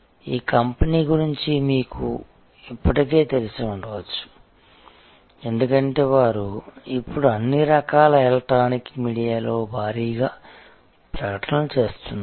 ఈ కంపెనీ గురించి మీకు ఇప్పటికే తెలిసి ఉండవచ్చు ఎందుకంటే వారు ఇప్పుడు అన్ని రకాల ఎలక్ట్రానిక్ మీడియాలో భారీగా ప్రకటనలు చేస్తున్నారు